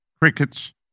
crickets